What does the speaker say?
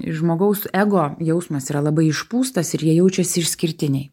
žmogaus ego jausmas yra labai išpūstas ir jie jaučiasi išskirtiniai